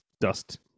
dust